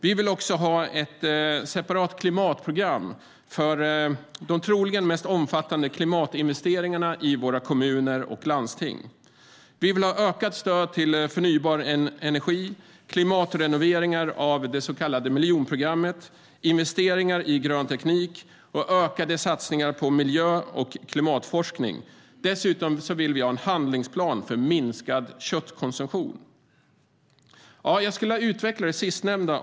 Vi vill också ha ett separat klimatprogram för de troligen mest omfattande klimatinvesteringarna i våra kommuner och landsting. Vi vill ha ökat stöd till förnybar energi, klimatrenoveringar av de så kallade miljonprogramsområdena, investeringar i grön teknik och ökade satsningar på miljö och klimatforskning. Dessutom vill vi ha en handlingsplan för minskad köttkonsumtion. Låt mig utveckla detta.